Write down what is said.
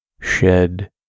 Shed